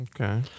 Okay